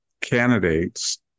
candidates